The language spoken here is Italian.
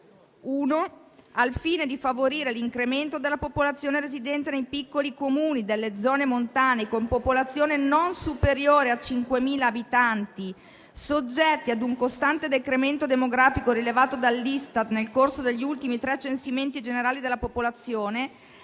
1. Al fine di incentivare l'insediamento di nuovi residenti nei piccoli comuni delle zone montane con popolazione non superiore a 5.000 abitanti soggetti ad un costante decremento demografico rilevato dall'Istat nel corso degli ultimi tre censimenti generali della popolazione,